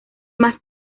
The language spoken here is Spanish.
más